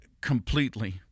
completely